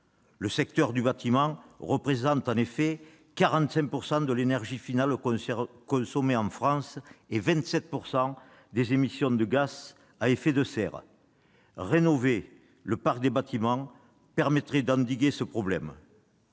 Le secteur du bâtiment représente en effet 45 % de l'énergie finale consommée en France et 27 % des émissions de gaz à effet de serre. Rénover le parc permettrait d'endiguer ce problème.